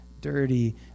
dirty